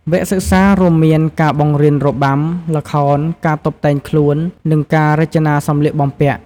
វគ្គសិក្សារួមមានការបង្រៀនរបាំ ល្ខោន ការតុបតែងខ្លួន និងការរចនាសម្លៀកបំពាក់។